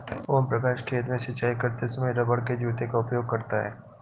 ओम प्रकाश खेत में सिंचाई करते समय रबड़ के जूते का उपयोग करता है